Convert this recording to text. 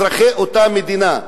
אזרחי אותה מדינה.